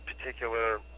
particular